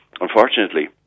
Unfortunately